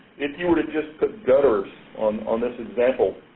if you were to just put gutters on on this example,